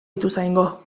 ituzaingó